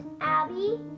Abby